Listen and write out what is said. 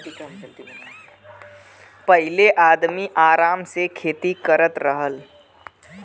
पहिले आदमी आराम से खेती करत रहल